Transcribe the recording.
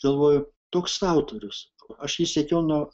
galvoju toks autorius aš jį sekiau nuo